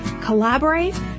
collaborate